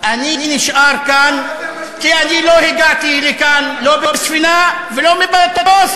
אני נשאר כאן כי לא הגעתי לכאן לא בספינה ולא במטוס,